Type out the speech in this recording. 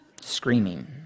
screaming